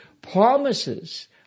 promises